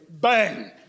bang